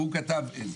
והוא כתב עזר.